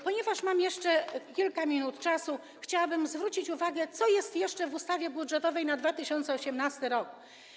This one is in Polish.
Ponieważ mam jeszcze kilka minut, chciałabym zwrócić uwagę, co jest jeszcze w ustawie budżetowej na 2018 r.